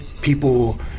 People